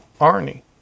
Arnie